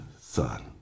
son